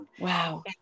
Wow